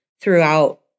throughout